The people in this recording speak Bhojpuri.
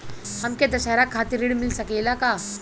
हमके दशहारा खातिर ऋण मिल सकेला का?